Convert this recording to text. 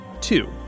two